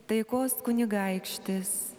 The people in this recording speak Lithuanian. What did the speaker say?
taikos kunigaikštis